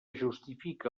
justifique